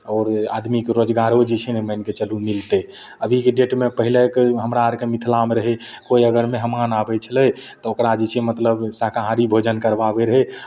आओर आदमीके रोजगारो जे छै ने मानि कऽ चलू मिलतै अभीके डेटमे पहिलेके हमरा आरके मिथिलामे रहै कोइ अगर मेहमान आबैत छलै तऽ ओकरा जे छै मतलब शाकाहारी भोजन करवाबैत रहै